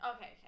okay